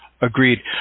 Agreed